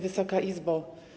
Wysoka Izbo!